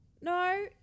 No